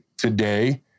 Today